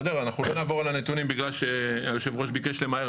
בגלל שהיושב-ראש ביקש למהר,